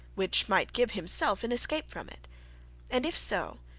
which might give himself an escape from it and if so,